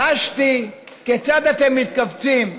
חשתי כיצד אתם מתכווצים,